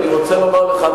אני רוצה לומר לך,